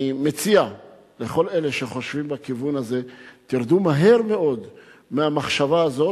אני מציע לכל אלה שחושבים בכיוון הזה: תרדו מהר מאוד מהמחשבה הזאת,